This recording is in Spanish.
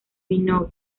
minogue